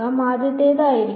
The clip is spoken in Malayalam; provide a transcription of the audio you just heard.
അതിനാൽ ആദ്യത്തേത് ആയിരിക്കും